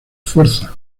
fuerzas